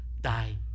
die